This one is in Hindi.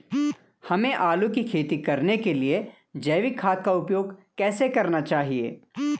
हमें आलू की खेती करने के लिए जैविक खाद का उपयोग कैसे करना चाहिए?